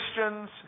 Christians